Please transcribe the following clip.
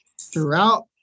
throughout